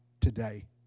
today